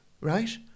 right